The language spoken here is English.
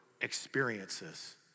experiences